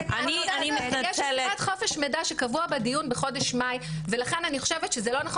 יש ישיבת חופש מידע שקבוע לדיון בחודש מאי ולכן אני חושבת שזה לא נכון